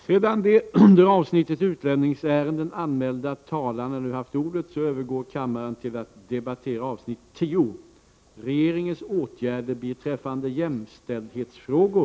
Sedan de under avsnittet Utlänningsärenden anmälda talarna nu haft ordet övergår kammaren till att debattera avsnitt 10: Regeringens åtgärder beträffande jämställdhetsfrågor.